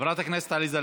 חברת הכנסת עליזה לביא,